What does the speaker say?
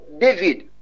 david